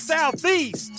Southeast